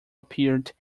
appeared